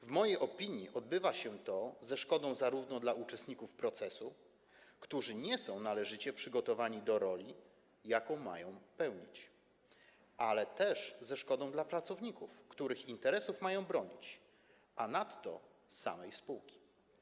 W mojej opinii odbywa się to zarówno ze szkodą dla uczestników procesu, którzy nie są należycie przygotowani do roli, jaką mają pełnić, jak i ze szkodą dla pracowników, których interesów mają bronić, a nadto samej spółki.